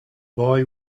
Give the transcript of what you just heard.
boy